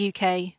UK